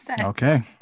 Okay